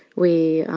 we